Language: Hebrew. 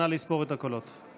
נא לספור את הקולות.